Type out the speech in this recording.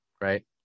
right